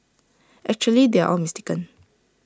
actually they are all mistaken